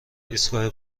ایستگاه